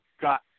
got